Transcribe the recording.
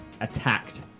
attacked